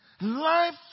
Life